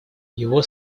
его